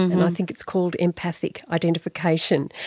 and i think it's called empathic identification.